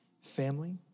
family